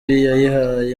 yayihaye